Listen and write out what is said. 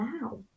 now